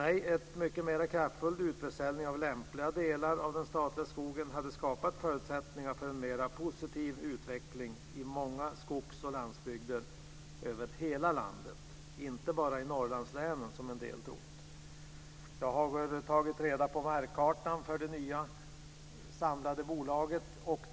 En mycket mer kraftfull utförsäljning av lämpliga delar av den statliga skogen hade skapat förutsättningar för en mer positiv utveckling i många skogsoch landsbygder över hela landet, inte bara i Norrlandslänen som en del trott. Jag har tagit reda på markkartan för det nya samlade bolaget.